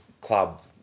club